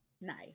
Nice